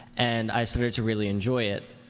and i started to really enjoy it.